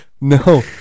no